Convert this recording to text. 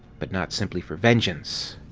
but not simply for vengeance.